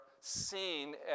seen